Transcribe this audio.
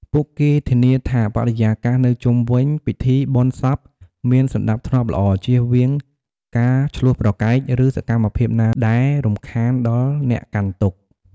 ពួកគេធានាថាបរិយាកាសនៅជុំវិញពិធីបុណ្យសពមានសណ្តាប់ធ្នាប់ល្អ ជៀសវាងការឈ្លោះប្រកែក ឬសកម្មភាពណាដែលរំខានដល់អ្នកកាន់ទុក្ខ។